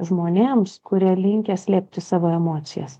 žmonėms kurie linkę slėpti savo emocijas